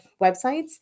websites